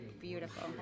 Beautiful